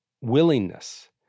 willingness